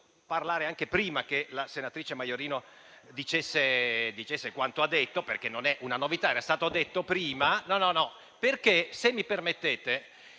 parlare anche prima che la senatrice Maiorino svolgesse il suo intervento, perché non è una novità, ma era stato detto prima